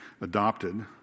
adopted